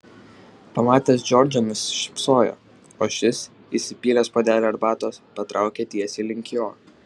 pamatęs džordžą nusišypsojo o šis įsipylęs puodelį arbatos patraukė tiesiai link jo